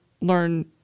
learn